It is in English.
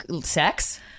sex